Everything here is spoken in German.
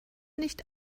nicht